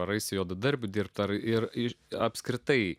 ar eisi juodadarbiu dirbt ar ir ir apskritai